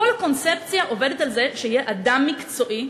כל הקונספציה עובדת על זה שיהיה אדם מקצועי,